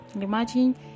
Imagine